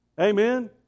Amen